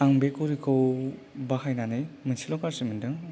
आं बे घरिखौ बाहायनानै मोनसेल' गाज्रि मोनदों